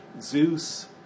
Zeus